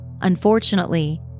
Unfortunately